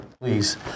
please